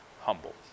humble